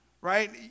right